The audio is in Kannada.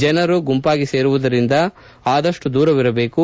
ಜನರು ಗುಂಪಾಗಿ ಸೇರುವುದರಿಂದ ಆದಷ್ಟು ದೂರವಿರಬೇಕು